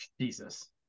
Jesus